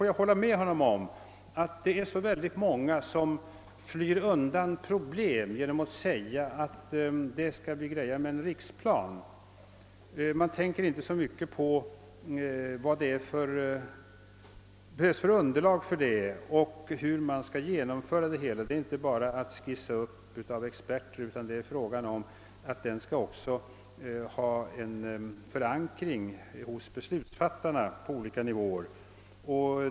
Jag håller med kommunikationsministern om att det är oerhört många som flyr undan problem genom att säga: »Det skall vi ordna med en riksplan.» De tänker inte så mycket på vad det behövs för underlag för en sådan och hur den skall genomföras. Det är inte bara att låta experter skissera en riksplan, utan den skall också ha en förankring hos beslutsfattarna på olika nivåer.